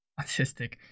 autistic